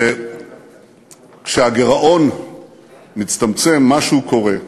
וכשהגירעון מצטמצם, משהו קורה.